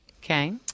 Okay